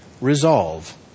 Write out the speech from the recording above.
resolve